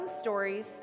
stories